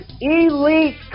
elite